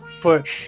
put